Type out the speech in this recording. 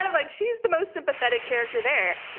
um like she's the most sympathetic character there. and